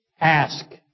Ask